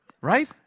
right